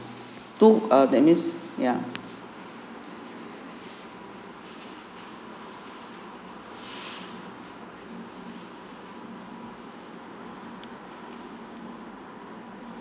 two err that means ya